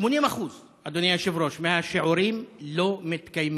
אדוני היושב-ראש, 80% מהשיעורים לא מתקיימים.